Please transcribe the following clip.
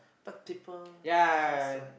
but deeper is just like